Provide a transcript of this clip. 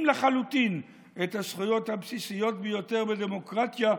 לחלוטין את הזכויות הבסיסיות ביותר בדמוקרטיה,